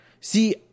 See